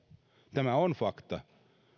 tämä on fakta